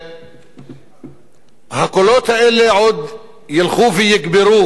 והקולות האלה עוד ילכו ויגברו,